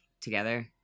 together